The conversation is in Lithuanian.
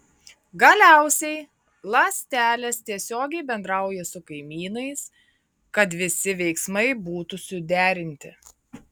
galiausiai ląstelės tiesiogiai bendrauja su kaimynais kad visi veiksmai būtų suderinti